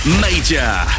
Major